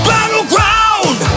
Battleground